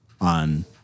on